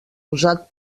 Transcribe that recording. usat